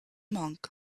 monk